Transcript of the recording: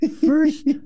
First